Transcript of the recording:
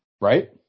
Right